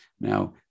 now